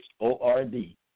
O-R-D